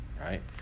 right